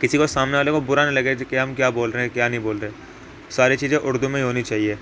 کسی کو سامنے والے کو برا نہ لگے کہ آپ کیا بول رہے ہیں کیا نہیں بول رہے ساری چیزیں اردو میں ہی ہونی چاہیے